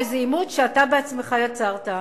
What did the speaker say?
מאיזה עימות שאתה בעצמך יצרת.